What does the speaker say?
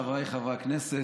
חבריי חברי הכנסת,